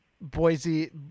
Boise